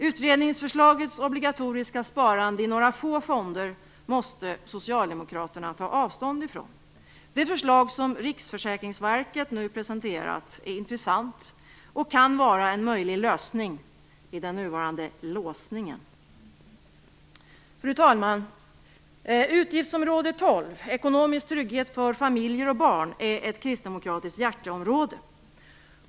Utredningsförslagets obligatoriska sparande i några få fonder måste socialdemokraterna ta avstånd från. Det förslag som Riksförsäkringsverket nu presenterat är intressant och kan vara en möjlig lösning i den nuvarande låsningen. Fru talman! Utgiftsområde 12, ekonomisk trygghet för familjer och barn, är ett kristdemokratiskt hjärteområde.